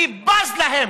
אני בז להם,